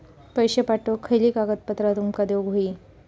पैशे पाठवुक खयली कागदपत्रा तुमका देऊक व्हयी?